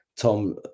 tom